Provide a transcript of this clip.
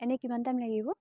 এনেই কিমান টাইম লাগিব